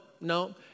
no